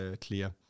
clear